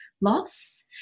loss